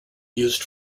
used